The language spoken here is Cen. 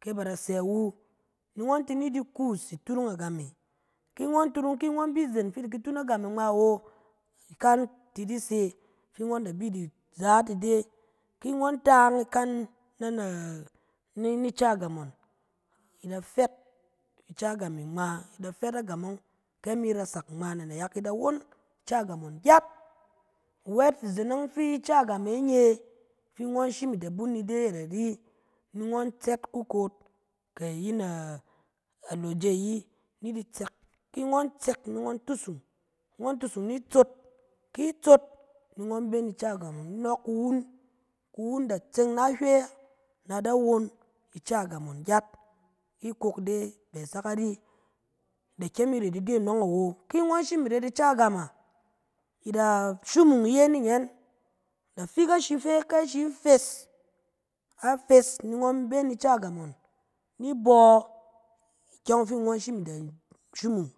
Ke ba da sɛ wu, ni ngɔn ti di kuus iturung agam e, ki ngɔn turung, ki ngɔn bi izen iturung agam e ngma wo, ikan ti di se fi ngɔn da bi di zaat ide, ki ngɔng tang ikan na na- ni ca gam ngɔn, i da fet ica gam e ngma, i da fet agam ɔng ke na mi rasak ngma na nayak e, i da won ica gam ngɔn gyat. Wɛt izen ɔng fi ica gam e nye, fi ngɔn shim i da bun ni ide ayɛt ari, ni ngɔn tsɛt kukot, kɛ ayin alawje ayi, ni di tsɛk. Ki ngɔn tsɛk ni ngɔn tusung. Ki ngɔn tusung ni tsot, ki tsot, ni ngɔn bi ni ca gam ngɔn i nɔɔk kuwun, kuwun da tseng na ahywɛ, na da won ica gam ngɔn gyet, i ko ide bɛ sak nari, da kyem i ret ide anɔng awo. Ki ngɔn shim i res ica gam a, i da shumung iye ni nye, i da fik ashi fe, ke shi fes, a fes ni ngɔn bɛ ni ica gam ngɔn, ni bɔ ikyɛng fi ngɔn shim i da- shumung,